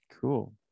Cool